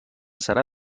serà